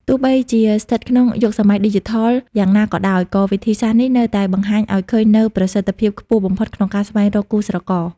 ទោះបីជាស្ថិតក្នុងយុគសម័យឌីជីថលយ៉ាងណាក៏ដោយ ក៏វិធីសាស្រ្តនេះនៅតែបង្ហាញឱ្យឃើញនូវប្រសិទ្ធភាពខ្ពស់បំផុតក្នុងការស្វែងរកគូស្រករ។